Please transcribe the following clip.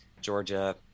Georgia